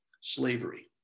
slavery